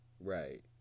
Right